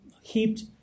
heaped